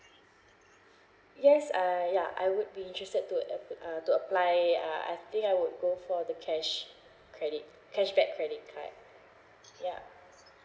yes uh yeah I would be interested to ap~ uh to apply uh I think I would go for the cash credit cashback credit card ya